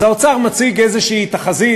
אז האוצר מציג איזושהי תחזית.